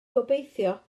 gobeithio